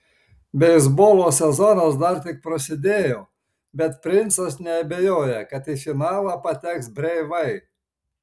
beisbolo sezonas dar tik prasidėjo bet princas neabejoja kad į finalą pateks breivai